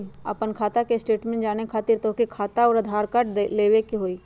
आपन खाता के स्टेटमेंट जाने खातिर तोहके खाता अऊर आधार कार्ड लबे के होइ?